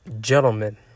gentlemen